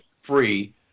free